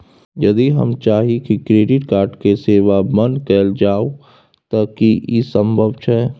यदि हम चाही की क्रेडिट कार्ड के सेवा बंद कैल जाऊ त की इ संभव छै?